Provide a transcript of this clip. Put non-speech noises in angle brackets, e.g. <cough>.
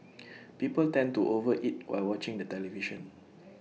<noise> people tend to over eat while watching the television